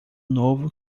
novo